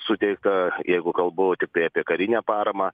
suteikta jeigu kalbu tiktai apie karinę paramą